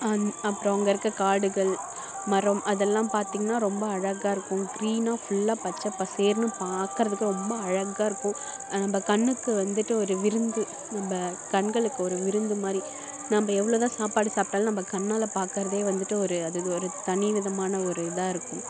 அப்புறம் அங்கே இருக்கிற காடுகள் மரம் அதெல்லாம் பார்த்தீங்கனா ரொம்ப அழகாக இருக்கும் க்ரீனாக ஃபுல்லாக பச்சைப்பசேர்ன்னு பார்க்குறதுக்கு ரொம்ப அழகாக இருக்கும் நம்ம கண்ணுக்கு வந்துவிட்டு ஒரு விருந்து நம்ம கண்களுக்கு ஒரு விருந்து மாதிரி நம்ம எவ்வளோ தான் சாப்பாடு சாப்பிட்டாலும் நம்ம கண்ணால் பார்க்குறதே வந்துவிட்டு ஒரு அது ஒரு தனி விதமான ஒரு இதாக இருக்கும்